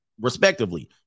respectively